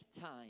time